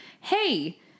hey